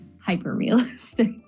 hyper-realistic